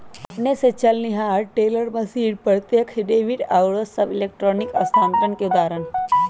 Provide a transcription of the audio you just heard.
अपने स चलनिहार टेलर मशीन, प्रत्यक्ष डेबिट आउरो सभ इलेक्ट्रॉनिक स्थानान्तरण के उदाहरण हइ